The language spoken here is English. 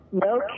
No